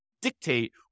Dictate